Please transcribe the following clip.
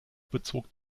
bezog